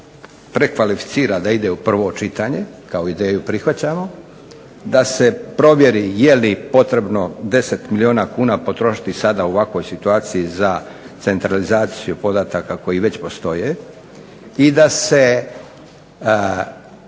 prekvalificira da ide u prvo čitanje, kao ideju prihvaćamo, da se provjeri je li potrebno 10 milijuna kuna potrošiti sada u ovakvoj situaciji za centralizaciju podataka koji već postoje i da se,